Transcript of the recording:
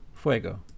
fuego